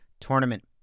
tournament